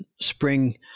spring